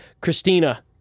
Christina